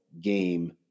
game